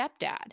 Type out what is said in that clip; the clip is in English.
stepdad